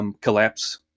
collapse